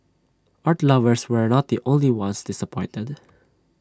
art lovers were not the only ones disappointed